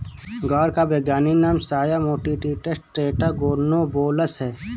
ग्वार का वैज्ञानिक नाम साया मोटिसस टेट्रागोनोलोबस है